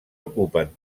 ocupen